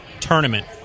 tournament